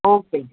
okay